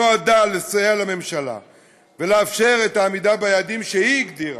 נועדה לסייע לממשלה ולאפשר את העמידה ביעדים שהיא הגדירה,